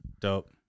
Dope